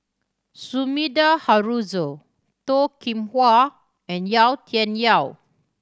Sumida Haruzo Toh Kim Hwa and Yau Tian Yau